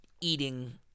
eating –